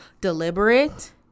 deliberate